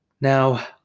now